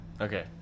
Okay